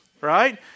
right